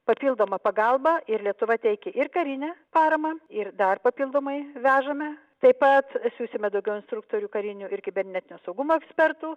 papildomą pagalbą ir lietuva teikia ir karinę paramą ir dar papildomai vežame taip pat siųsime daugiau instruktorių karinių ir kibernetinio saugumo ekspertų